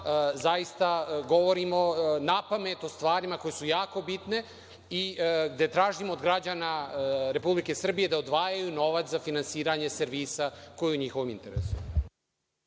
zaista, govorimo napamet o stvarima koje su jako bitne, gde tražimo od građana Republike Srbije da odvajaju novac za finansiranje servisa koji je u njihovom interesu.